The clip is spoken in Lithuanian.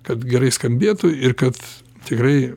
kad gerai skambėtų ir kad tikrai